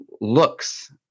looks